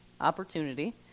opportunity